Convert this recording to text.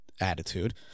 attitude